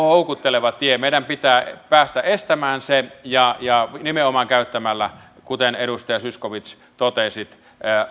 houkutteleva tie meidän pitää päästä estämään se ja ja nimenomaan käyttämällä kuten edustaja zyskowicz totesi